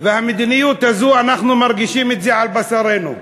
והמדיניות הזאת, אנחנו מרגישים את זה על בשרנו.